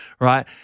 Right